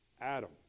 Adam